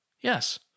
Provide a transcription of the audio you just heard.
Yes